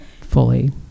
fully